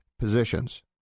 positions